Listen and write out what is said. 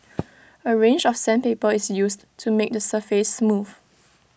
A range of sandpaper is used to make the surface smooth